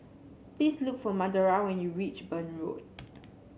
please look for Madora when you reach Burn Road